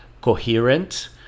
coherent